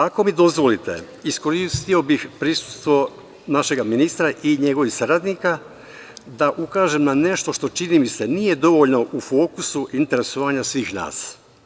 Ako mi dozvolite, iskoristio bih prisustvo našeg ministra i njegovih saradnika da ukažem na nešto što, čini mi se, nije dovoljno u fokusu interesovanja svih nas.